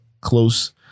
close